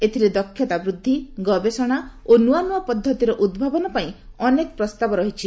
ଏଥିରେ ଦକ୍ଷତା ବୃଦ୍ଧି ଗବେଷଣା ଓ ନୂଆ ନୂଆ ପଦ୍ଧତିର ଉଦ୍ଭାବନ ପାଇଁ ଅନେକ ପ୍ରସ୍ତାବ ରହିଛି